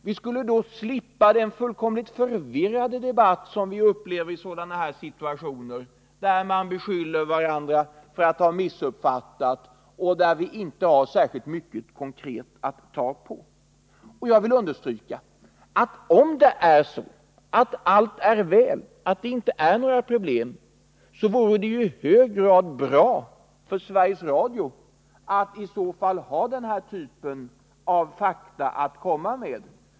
Vi skulle då slippa den förvirrade debatt som vi nu upplever, där företrädare för de olika åsikterna beskyller varandra för att ha missuppfattat saker och ting och där vi inte har särskilt mycket konkret att ta på. Om allt är väl, om det inte finns några problem, vore det — jag vill understryka det —i hög grad bra för Sveriges Radio att i så fall ha denna typ av fakta att komma med.